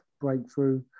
breakthrough